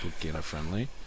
beginner-friendly